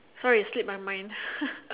sorry slip I mind